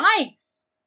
Yikes